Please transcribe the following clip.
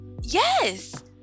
yes